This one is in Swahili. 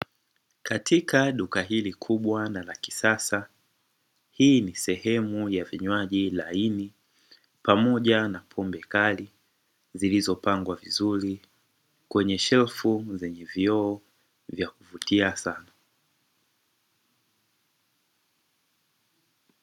Katika duka hili kubwa na la kisasa, hii ni sehemu ya vinywaji laini pamoja na pombe kali; zilizopangwa vizuri kwenye shelfu zenye vioo vya kuvutia sana.